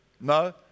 No